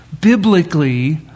biblically